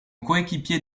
coéquipier